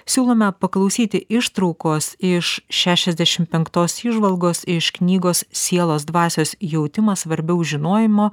siūlome paklausyti ištraukos iš šešiasdešim penktos įžvalgos iš knygos sielos dvasios jautimas svarbiau žinojimo